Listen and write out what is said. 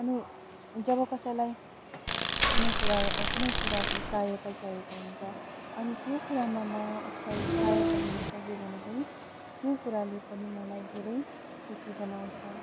अनि जब कसैलाई कुनै कुरा अब कुनै कुराको सहायता चाहिएको हुन्छ अनि त्यो कुरामा म उसलाई सहायता दिन सकेँ भने पनि त्यो कुराले पनि मलाई धेरै खुसी बनाउँछ